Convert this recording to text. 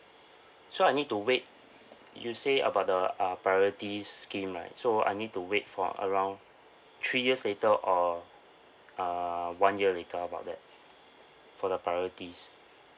so I need to wait you say about the uh priorities scheme right so I need to wait for around three years later or uh one year later about that for the priorities